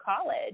college